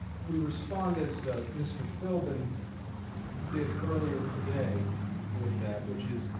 we respond as mr. philbin did earlier today with that which is,